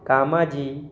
कामाजी